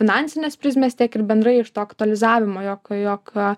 finansinės prizmės tiek ir bendrai iš to aktualizavimo jog jog